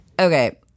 Okay